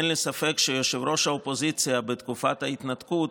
אין לי ספק שראש האופוזיציה בתקופת ההתנתקות,